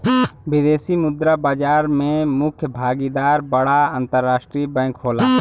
विदेशी मुद्रा बाजार में मुख्य भागीदार बड़ा अंतरराष्ट्रीय बैंक होला